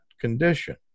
condition